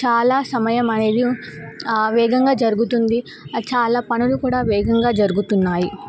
చాలా సమయం అనేది వేగంగా జరుగుతుంది చాలా పనులు కూడా వేగంగా జరుగుతున్నాయి